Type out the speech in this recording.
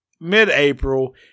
mid-April